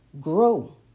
Grow